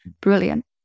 Brilliant